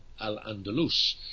Al-Andalus